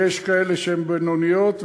יש כאלה שהן בינוניות,